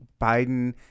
Biden